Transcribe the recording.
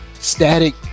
static